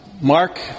Mark